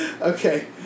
Okay